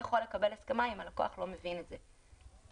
לקבל הסכמה אם הלקוח לא מבין את זה.